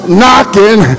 knocking